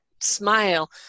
smile